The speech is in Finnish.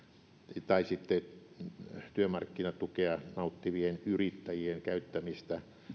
tai työmarkkinatukea nauttivien yrittäjien käyttämisestä